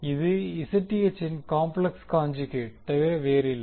இது Zth ன் complex conjugate தவிர வேறில்லை